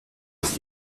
ist